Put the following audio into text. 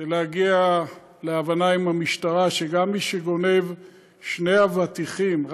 להגיע להבנה עם המשטרה שגם מי שגונב שני אבטיחים,